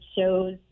shows